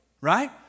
right